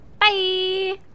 bye